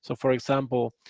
so for example,